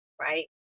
Right